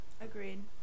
Agreed